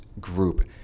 group